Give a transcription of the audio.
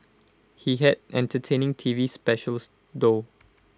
he had entertaining T V specials though